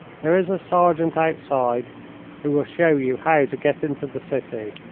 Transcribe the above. there is a sergeant outside who will show you how to get into the city.